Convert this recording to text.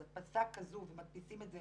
אז הדפסה כזו, ומדפיסים את זה